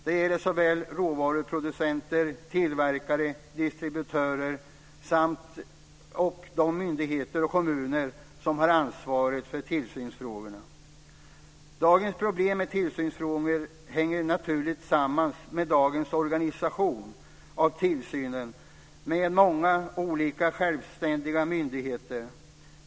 Det gäller såväl råvaruproducenter, tillverkare och distributörer som de myndigheter och kommuner som har ansvaret för tillsynsfrågorna. Dagens problem med tillsynsfrågor hänger naturlig samman med dagens organisation av tillsynen med många olika självständiga myndigheter.